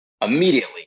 immediately